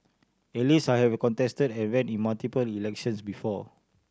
at least I have contested and ran in multiple elections before